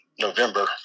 November